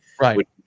Right